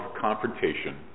confrontation